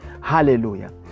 hallelujah